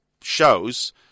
shows